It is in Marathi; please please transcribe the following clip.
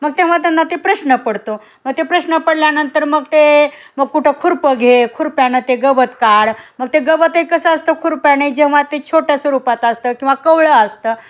मग तेव्हा त्यांना ते प्रश्न पडतो मग ते प्रश्न पडल्यानंतर मग ते मग कुठं खुरपं घे खुर्प्यानं ते गवत काढ मग ते गवतही कसं असतं खुर्प्याने जेव्हा ते छोट्या स्वरूपात असतं किंवा कोवळं असतं